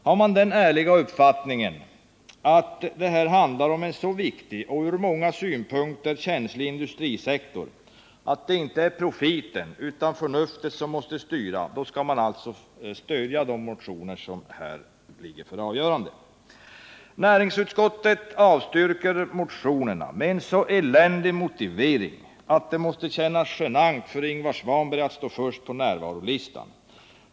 Har man den ärliga uppfattningen att det här handlar om en så viktig och från många synpunkter så känslig industrisektor att det inte är profiten utan förnuftet som måste styra, skall man alltså stödja de motioner som ligger här för avgörande. Näringsutskottet avstyrker motionerna med en så eländig motivering att det måste kännas genant för Ingvar Svanberg att stå först på närvarolistan.